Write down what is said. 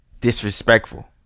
Disrespectful